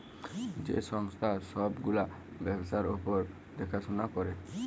যে সংস্থা ছব গুলা ব্যবসার উপর দ্যাখাশুলা ক্যরে